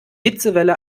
hitzewelle